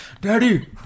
Daddy